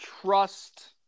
trust